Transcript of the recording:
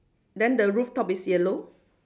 then the rooftop is yellow